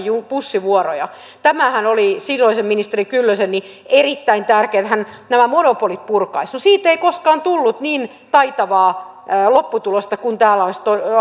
bussivuoroja tämähän oli silloiselle ministeri kyllöselle erittäin tärkeätä että hän nämä monopolit purkaisi no siitä ei koskaan tullut niin taitavaa lopputulosta kuin täällä olisi